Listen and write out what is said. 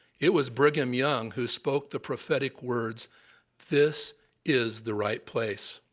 it was brigham young who spoke the prophetic words this is the right place.